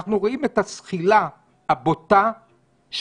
אנחנו רואים את הזחילה הבוטה שהולכת